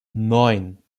neun